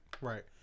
Right